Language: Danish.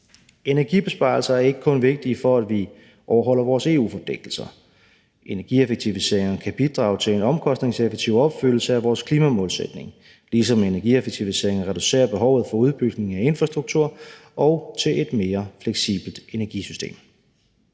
Energibesparelser er ikke kun vigtige, for at vi overholder vores EU-forpligtelser. Energieffektiviseringer kan bidrage til en omkostningseffektiv opfyldelse af vores klimamålsætning, ligesom energieffektiviseringer reducerer behovet for udbygning af infrastruktur og til et mere fleksibelt energisystem.